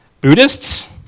Buddhists